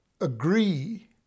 agree